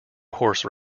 horse